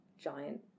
giant